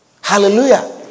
Hallelujah